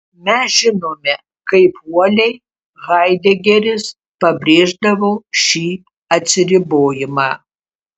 mes žinome kaip uoliai haidegeris pabrėždavo šį atsiribojimą